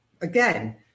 Again